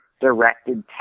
directed